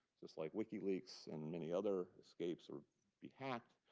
just like wikileaks and many other escapes, or be hacked.